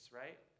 right